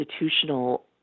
institutional